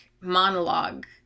monologue